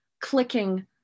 clicking